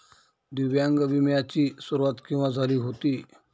दिव्यांग विम्या ची सुरुवात केव्हा झाली होती?